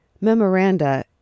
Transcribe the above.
Memoranda